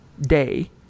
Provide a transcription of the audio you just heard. Day